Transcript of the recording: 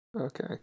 Okay